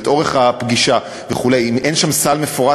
את אורך הפגישה וכו' אם אין שם סל מפורט,